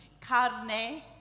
carne